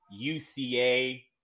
UCA